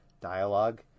dialogue